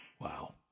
Wow